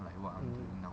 mm